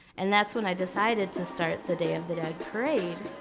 and that's when i decided to start the day of the dead parade.